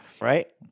Right